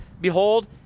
Behold